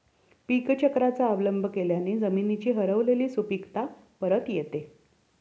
पीकचक्राचा अवलंब केल्याने जमिनीची हरवलेली सुपीकता परत येते